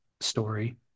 story